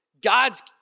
God's